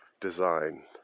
design